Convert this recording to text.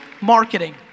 marketing